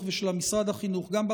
ושל משרד החינוך על המציאות הזאת,